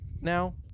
now